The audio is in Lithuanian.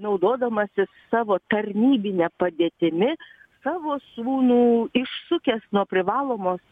naudodamasis savo tarnybine padėtimi savo sūnų išsukęs nuo privalomos